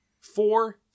four